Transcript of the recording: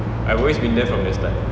I always been there from the start